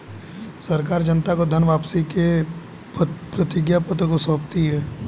सरकार जनता को धन वापसी के प्रतिज्ञापत्र को सौंपती है